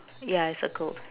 yeah I circled